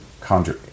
conjure